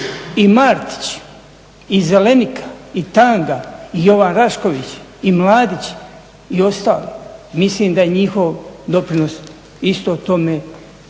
i Martići, i Zelenika, i Tanga, i Jovan Rašković, i Mladić i ostali? Mislim da je njihov doprinos isto tome